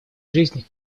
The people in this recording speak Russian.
жизни